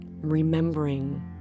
remembering